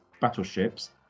battleships